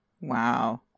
wow